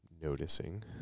noticing